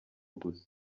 gusa